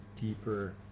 deeper